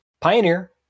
Pioneer